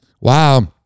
Wow